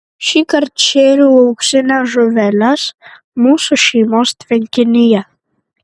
šįkart šėriau auksines žuveles mūsų šeimos tvenkinyje